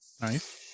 nice